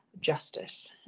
justice